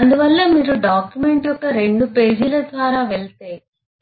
అందువల్ల మీరు డాక్యుమెంట్ యొక్క 2 పేజీల ద్వారా వెళితే